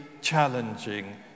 challenging